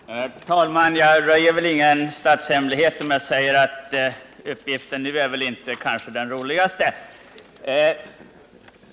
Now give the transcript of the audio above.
Herr talman! Jag röjer väl ingen statshemlighet, om jag säger att min uppgift nu kanske inte är den roligaste.